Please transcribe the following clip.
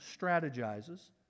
strategizes